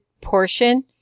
portion